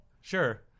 Sure